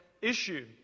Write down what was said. issue